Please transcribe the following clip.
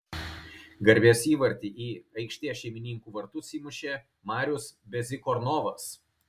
garbės įvartį į aikštės šeimininkų vartus įmušė marius bezykornovas